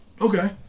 Okay